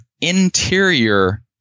interior